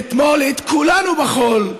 לטמון את כולנו בחול,